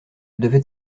devait